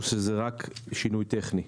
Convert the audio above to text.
או שזה רק שינוי טכני?